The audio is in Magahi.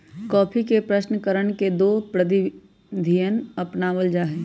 कॉफी के प्रशन करण के दो प्रविधियन अपनावल जा हई